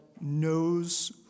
knows